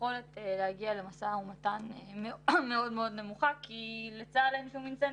היכולת להגיע למשא ומתן מאוד מאוד נמוכה כי לצה"ל אין שום אינסנטיב,